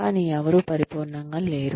కానీ ఎవరూ పరిపూర్ణంగా లేరు